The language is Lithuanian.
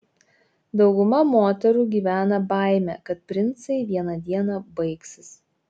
dauguma moterų gyvena baime kad princai vieną dieną baigsis